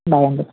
by అండి